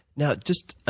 now just